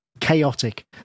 chaotic